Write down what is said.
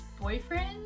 boyfriend